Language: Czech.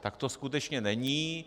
Tak to skutečně není.